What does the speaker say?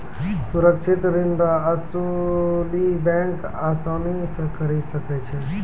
सुरक्षित ऋण रो असुली बैंक आसानी से करी सकै छै